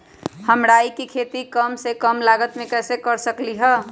हम राई के खेती कम से कम लागत में कैसे कर सकली ह?